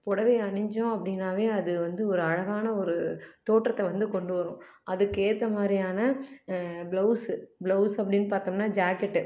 புடவை அணிஞ்சோம் அப்படினாவே அது வந்து ஒரு அழகான ஒரு தோற்றத்தை வந்து கொண்டு வரும் அதுக்கேற்ற மாதிரியான ப்லௌஸு ப்லௌஸு அப்படின்னு பார்த்தம்னா ஜாக்கெட்டு